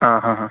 ആ ഹാ ഹാ